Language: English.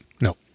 No